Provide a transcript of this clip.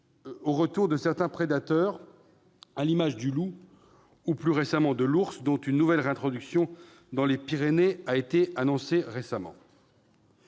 au retour de certains prédateurs, à l'image du loup ou, plus récemment, de l'ours, dont une nouvelle réintroduction dans les Pyrénées vient d'être annoncée.